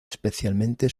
especialmente